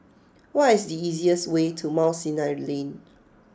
what is the easiest way to Mount Sinai Lane